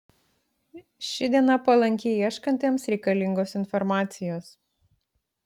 ši diena palanki ieškantiems reikalingos informacijos